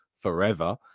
forever